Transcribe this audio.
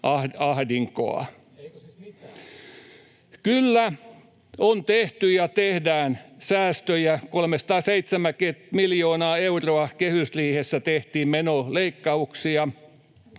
mitään?] — Kyllä on tehty ja tehdään säästöjä: 370 miljoonaa euroa kehysriihessä tehtiin menoleikkauksia.